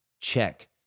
check